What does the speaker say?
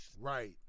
Right